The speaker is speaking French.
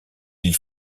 ils